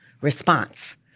response